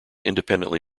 independently